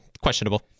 questionable